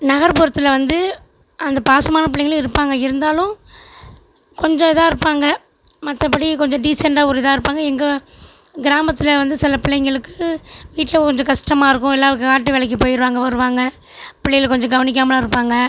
நகர்புறத்தில் வந்து அந்த பாசமான பிள்ளைங்களும் இருப்பாங்க இருந்தாலும் கொஞ்சம் இதாக இருப்பாங்க மற்றபடி கொஞ்சம் டீசென்ட்டாக ஒரு இதாக இருப்பாங்க எங்கள் கிராமத்தில் வந்து சில பிள்ளைங்களுக்கு வீட்டில் கொஞ்சம் கஷ்டமா இருக்கும் எல்லாம் காட்டு வேலைக்கு போயிடுவாங்க வருவாங்க பிள்ளைகளை கொஞ்சம் கவனிக்காமலும் இருப்பாங்க